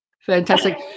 Fantastic